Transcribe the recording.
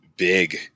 big